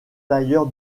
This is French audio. tailleur